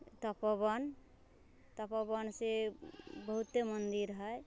तपोवन तपोवनसँ बहुते मन्दिर हय